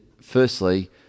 firstly